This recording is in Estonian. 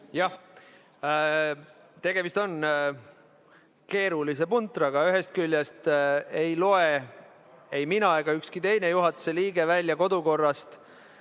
Jah, tegemist on keerulise puntraga. Ühest küljest ei loe ei mina ega ükski teine juhatuse liige kodukorrast